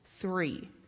Three